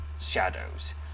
shadows